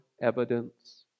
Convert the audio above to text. evidence